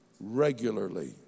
regularly